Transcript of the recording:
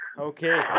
Okay